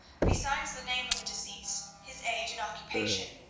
besides the name of the deceased, his age and occupation,